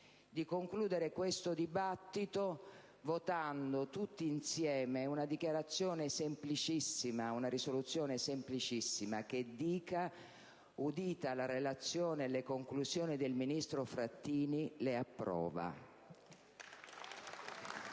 di concludere questo dibattito votando tutti insieme una risoluzione semplicissima che dica: udita la relazione e le conclusioni del ministro Frattini, le approva.